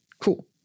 Cool